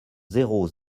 zéro